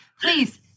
please